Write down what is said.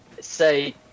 say